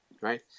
right